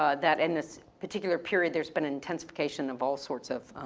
ah that in this particular period there's been intensification of all sorts of,